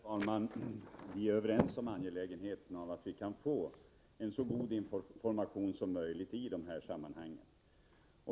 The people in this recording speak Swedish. Herr talman! Vi är överens om angelägenheten av att vi kan få en så god information som möjligt i dessa sammanhang.